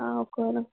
ଆଉ କ'ଣ